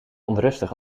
onrustig